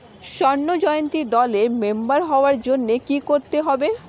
স্বর্ণ জয়ন্তী দলের মেম্বার হওয়ার জন্য কি করতে হবে?